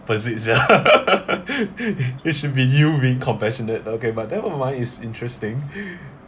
opposite here it should be you being compassionate okay but never mind it's interesting